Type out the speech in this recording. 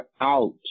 out